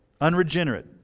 unregenerate